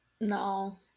no